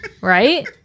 right